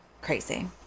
Crazy